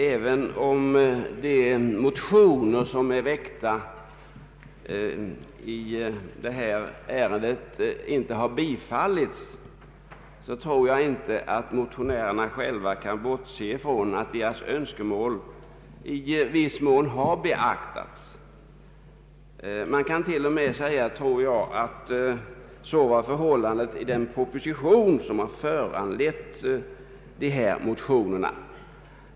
Även om de motioner som väckts i det här ärendet inte har tillstyrkts, så tror jag att motionärerna själva inte kan bortse från att deras önskemål i viss mån har beaktats. Man kan till och med säga att så var förhållandet redan i den proposition som föranledde motionerna.